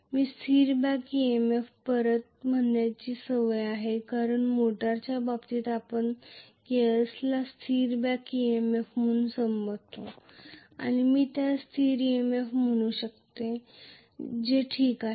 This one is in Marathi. मला बॅक EMF स्थिर म्हणण्याची इतकी सवय आहे कारण मोटारच्या बाबतीत आपण या Ks ला स्थिर बॅक EMF म्हणून संबोधतो आणि मी त्यास स्थिर EMF म्हणू शकतो जे ठीक आहे